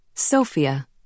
Sophia